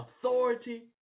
authority